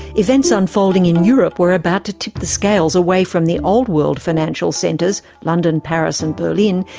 events unfolding in europe were about to tip the scales away from the old world financial centres, london, paris and berlin,